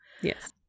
Yes